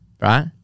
Right